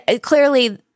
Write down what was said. clearly